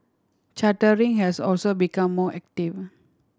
chartering has also become more active